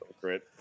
great